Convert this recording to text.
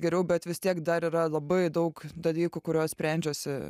geriau bet vis tiek dar yra labai daug dalykų kuriuos sprendžiuosi